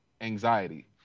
anxiety